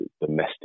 domestic